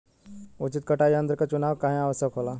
उचित कटाई यंत्र क चुनाव काहें आवश्यक होला?